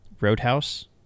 roadhouse